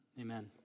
Amen